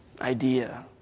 idea